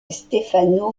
stefano